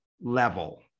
level